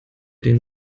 den